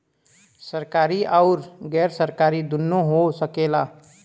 सरकारी आउर गैर सरकारी दुन्नो हो सकेला